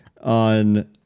on